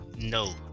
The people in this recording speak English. No